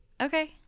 okay